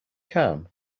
can